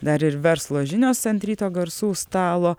dar ir verslo žinios ant ryto garsų stalo